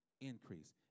increase